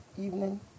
evening